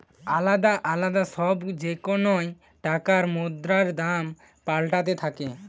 আলদা আলদা সময় যেকোন টাকার মুদ্রার দাম পাল্টাতে থাকে